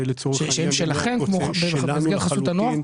הן שלכם במסגרת חסות הנוער?